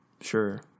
Sure